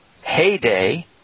Heyday